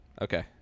Okay